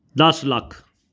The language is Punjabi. ਦਸ ਲੱਖ